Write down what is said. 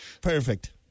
perfect